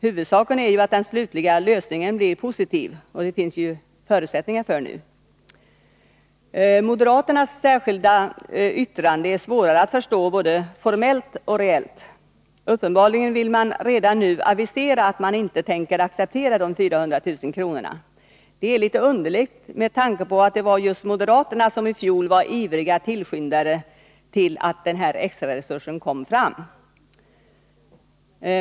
Huvudsaken är att den slutliga lösningen blir positiv, och det finns det ju förutsättningar för nu. Moderaternas särskilda yttrande är svårare att förstå, både formellt och reellt. Uppenbarligen vill man redan nu avisera att man inte tänker acceptera de 400000 kronorna. Det är litet underligt, med tanke på att just moderaterna i fjol var ivrigare tillskyndare till att den extraresursen kom fram.